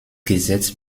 gesetz